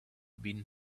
been